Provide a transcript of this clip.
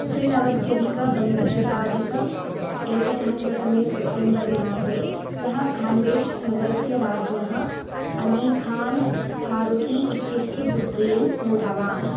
त्रिनवत्यधिकपञ्चशताधिक एकसहस्रतमे सेप्टेम्बर् मासे सः खाण्डेश् नगरस्य राज्ञः अलीखान् फारुकी इत्यस्य पुत्रीम् ऊढवान्